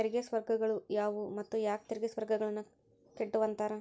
ತೆರಿಗೆ ಸ್ವರ್ಗಗಳು ಯಾವುವು ಮತ್ತ ಯಾಕ್ ತೆರಿಗೆ ಸ್ವರ್ಗಗಳನ್ನ ಕೆಟ್ಟುವಂತಾರ